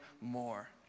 more